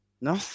no